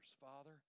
Father